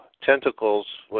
tentacles